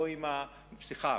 סליחה,